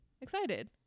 Excited